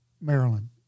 Maryland